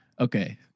Okay